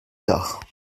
tard